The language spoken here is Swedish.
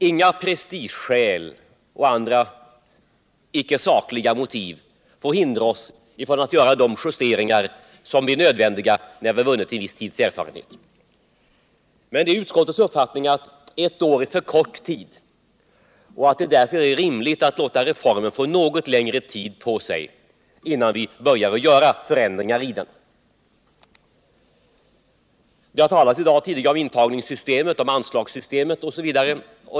Inga prestigeskäl eller andra icke sakliga motiv får hindra oss från att göra de justeringar som efter en tids erfarenhet visat sig vara nödvändiga. Men enligt utskottets uppfattning är ett år för kort tid. Man anser att det är rimligt att något vänta med ändringar. Det har i dag talats om intagningssystemet, anslagssystemet osv.